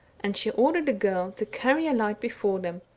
and she ordered a girl to carry a light before them,